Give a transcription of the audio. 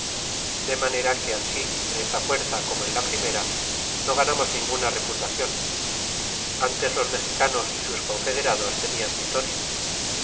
de manera que ansi en esta fuerza como en la primera no ganamos ninguna reputacion antes los mexicanos y sus confederados tenían vitoria